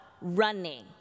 running